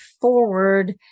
forward